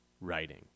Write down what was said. writing